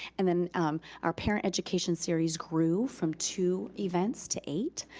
and then our parent education series grew from two event to eight.